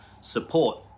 support